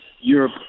Europe